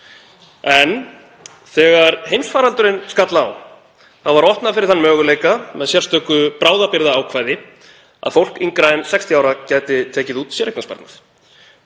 kr. Þegar heimsfaraldurinn skall á var opnað fyrir þann möguleika með sérstöku bráðabirgðaákvæði að fólk yngra en 60 ára gæti tekið út séreignarsparnað.